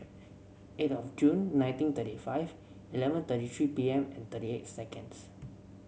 eight of Jun nineteen thirty five eleven thirty three P M and thirty eight seconds